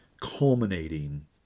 Culminating